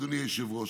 אדוני היושב-ראש,